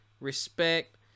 Respect